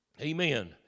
amen